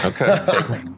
Okay